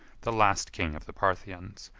the last king of the parthians,